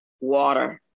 Water